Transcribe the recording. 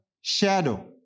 shadow